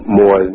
more